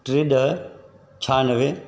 टे ॾह छहानवे